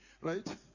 Right